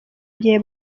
gihe